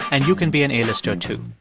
and you can be an a-lister, too